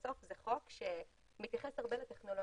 בסוף זה חוק שמתייחס הרבה לטכנולוגיה.